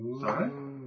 Sorry